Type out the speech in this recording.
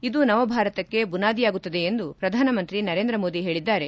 ಇದು ನವಭಾರತಕ್ಕೆ ಬುನಾದಿಯಾಗುತ್ತದೆ ಎಂದು ಪ್ರಧಾನಮಂತ್ರಿ ನರೇಂದ್ರ ಮೋದಿ ಹೇಳಿದ್ದಾರೆ